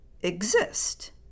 exist